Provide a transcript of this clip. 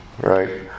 right